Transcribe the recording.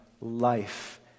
life